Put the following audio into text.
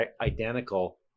identical